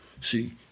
See